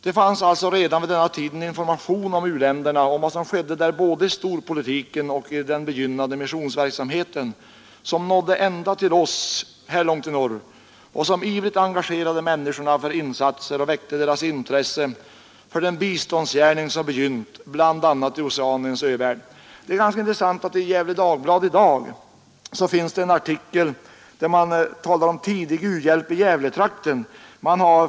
Det fanns alltså redan vid denna tid en information om vad som skedde i u-länderna, både i storpolitiken och i den begynnande missionsverksamheten, en information som nådde ända till oss här uppe i norr och som ivrigt engagerade människorna för insatser, väckte deras intresse för den biståndsgärning som begynt bl.a. i Oceaniens övärld. I Gefle Dagblad finns det i dag en artikel om tidig u-hjälp i Gävletrakten.